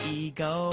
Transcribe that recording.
ego